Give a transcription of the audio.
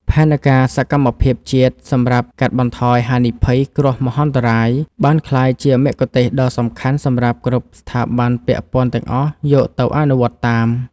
ផែនការសកម្មភាពជាតិសម្រាប់កាត់បន្ថយហានិភ័យគ្រោះមហន្តរាយ បានក្លាយជាមគ្គុទ្ទេសក៍ដ៏សំខាន់សម្រាប់គ្រប់ស្ថាប័នពាក់ព័ន្ធទាំងអស់យកទៅអនុវត្តតាម។